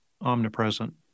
omnipresent